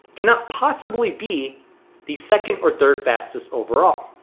cannot possibly be the second or third fastest overall